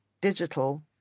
digital